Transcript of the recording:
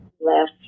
left